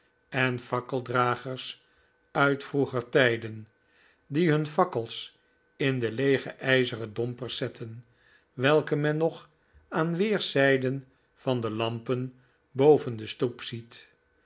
en fakkeldragers uit vroeger tijden die hun fakkels in de leege ijzeren dompers zetten welke men nog aan weerszijden van de lampen boven de stoep ziet